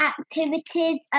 activities